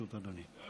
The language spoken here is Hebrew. התהליך הזה